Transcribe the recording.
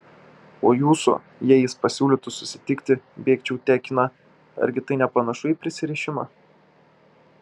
o jūsų jei jis pasiūlytų susitikti bėgčiau tekina argi tai nepanašu į prisirišimą